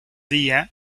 día